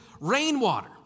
rainwater